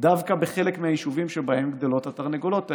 דווקא בחלק מהיישובים שבהם גדלות התרנגולות האלה,